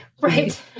Right